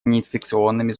неинфекционными